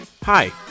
Hi